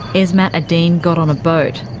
esmat adine got on a boat.